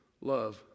love